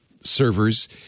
servers